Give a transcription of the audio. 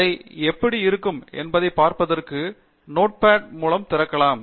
அதை எப்படிப் இருக்கும் என்பதைப் பார்ப்பதற்கு நோட் பேட் மூலம் திறக்கலாம்